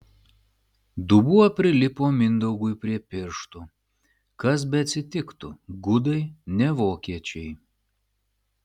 dubuo prilipo mindaugui prie pirštų kas beatsitiktų gudai ne vokiečiai